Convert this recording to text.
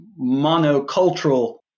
monocultural